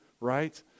Right